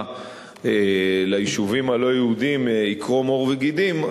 ליישובים הלא-יהודיים יקרום עור וגידים,